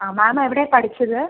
ആ മാം എവിടെയാണ് പഠിച്ചത്